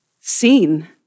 seen